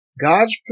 God's